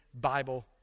Bible